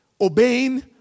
Obeying